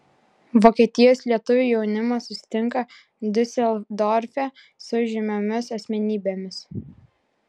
vokietijos lietuvių jaunimas susitinka diuseldorfe su žymiomis asmenybėmis